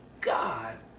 God